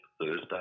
Thursday